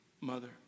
mother